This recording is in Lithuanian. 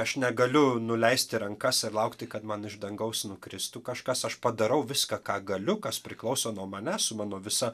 aš negaliu nuleisti rankas ir laukti kad man iš dangaus nukristų kažkas aš padarau viską ką galiu kas priklauso nuo manęs su mano visa